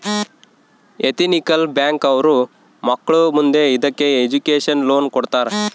ethical bank ಅವ್ರು ಮಕ್ಳು ಮುಂದೆ ಇದಕ್ಕೆ ಎಜುಕೇಷನ್ ಲೋನ್ ಕೊಡ್ತಾರ